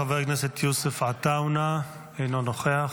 חבר הכנסת יוסף עטאונה, אינו נוכח,